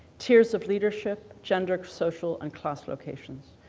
tiers of leadership, gender, social and class locations.